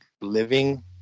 living